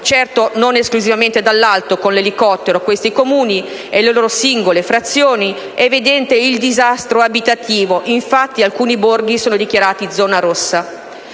certo non esclusivamente dall'alto di un elicottero, questi Comuni e le loro singole frazioni, è evidente il disastro abitativo; infatti alcuni borghi sono dichiarati zona rossa.